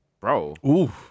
Bro